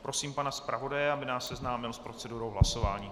Prosím pana zpravodaje, aby nás seznámil s procedurou hlasování.